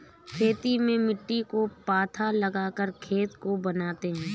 खेती में मिट्टी को पाथा लगाकर खेत को बनाते हैं?